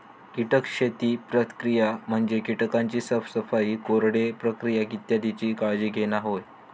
कीटक शेती प्रक्रिया म्हणजे कीटकांची साफसफाई, कोरडे प्रक्रिया इत्यादीची काळजी घेणा होय